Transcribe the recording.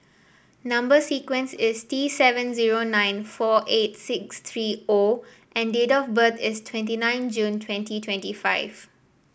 number sequence is T seven zero nine four eight six three O and date of birth is twenty nine June twenty twenty five